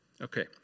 Okay